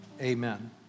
Amen